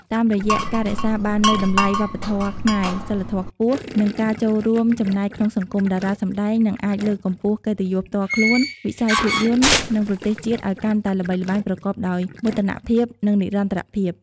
តាមរយៈការរក្សាបាននូវតម្លៃវប្បធម៌ខ្មែរ សីលធម៌ខ្ពស់ និងការចូលរួមចំណែកក្នុងសង្គម តារាសម្ដែងនឹងអាចលើកកម្ពស់កិត្តិយសផ្ទាល់ខ្លួន វិស័យភាពយន្ត និងប្រទេសជាតិឱ្យកាន់តែល្បីល្បាញប្រកបដោយមោទនភាព និងនិរន្តរភាព។